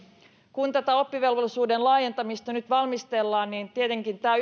kun oppivelvollisuuden laajentamista nyt valmistellaan tietenkin tämä